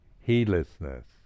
heedlessness